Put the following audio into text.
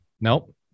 Nope